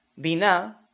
Bina